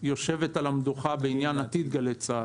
יושבת על המדוכה בעניין עתיד גלי צה"ל.